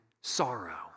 sorrow